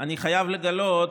אני חייב לגלות